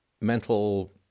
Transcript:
mental